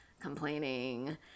complaining